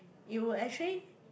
you will actually